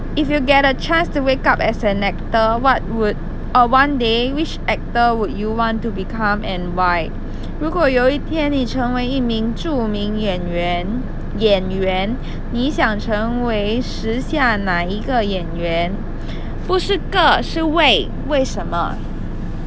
if you get a chance to wake up as an actor what would err one day which actor would you want to become and why 如果有一天你成为一名著名演员演员你想成为时下哪一个演员不是个是为为什么